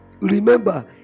remember